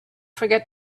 forget